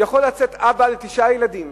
יכול לצאת אבא לתשעה ילדים,